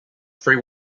free